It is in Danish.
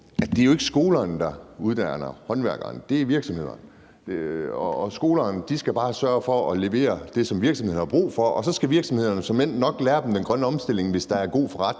at det ikke er skolerne, der uddanner håndværkerne, men at det er virksomhederne. Skolerne skal bare sørge for at levere det, som virksomhederne har brug for, og så skal virksomhederne såmænd nok lære dem om den grønne omstilling, hvis der er en god forretning